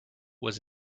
was